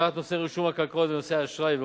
הסדרת נושא רישום הקרקעות ונושא האשראי,